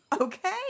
Okay